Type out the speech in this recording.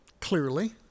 clearly